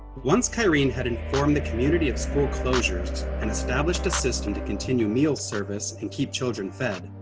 once kyrene had informed the community of school closures and established a system to continue meal service and keep children fed,